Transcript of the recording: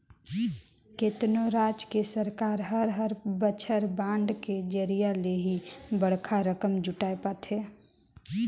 केतनो राज के सरकार हर हर बछर बांड के जरिया ले ही बड़खा रकम जुटाय पाथे